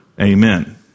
Amen